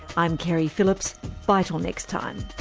i'm keri phillips. bye till next time